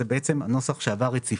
זה בעצם הנוסח שעבר רציפות.